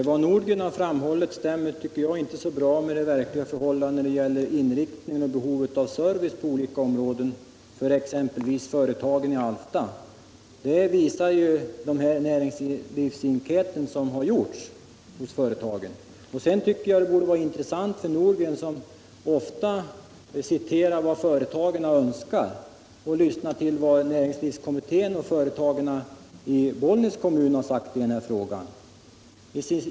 Fru talman! Vad herr Nordgren sagt om inriktningen och behovet av service på olika områden exempelvis för företagen i Alfta, stämmer inte riktigt med de verkliga förhållandena. Det visar den näringslivsenkät som gjorts. Sedan borde det vara intressant för herr Nordgren, som ofta talar om vad företagen önskar, att lyssna till vad näringslivskommittén och företagen i Bollnäs sagt i denna fråga.